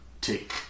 Take